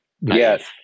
Yes